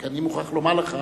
רק אני מוכרח לומר לך,